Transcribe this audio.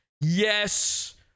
Yes